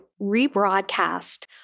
rebroadcast